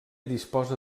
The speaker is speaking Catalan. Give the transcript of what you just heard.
disposa